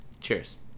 Cheers